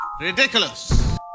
RIDICULOUS